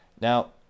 Now